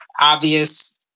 obvious